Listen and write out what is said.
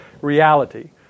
reality